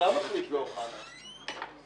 בקואליציה לא כל הסיעות קיבלו ייצוג.